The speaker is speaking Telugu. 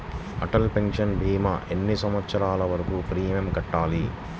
అటల్ పెన్షన్ భీమా ఎన్ని సంవత్సరాలు వరకు ప్రీమియం కట్టాలి?